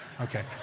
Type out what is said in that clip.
Okay